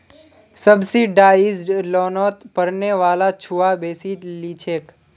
subsidised लोनोत पढ़ने वाला छुआ बेसी लिछेक